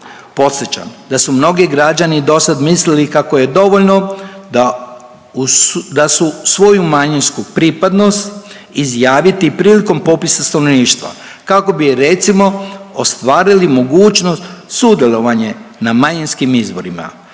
Podsjećam da su mnogi građani dosad mislili kako je dovoljno da, da su svoju manjinsku pripadnost izjaviti prilikom popisa stanovništva kako bi recimo ostvarili mogućnost sudjelovanje na manjinskim izborima.